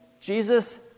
Jesus